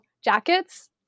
jackets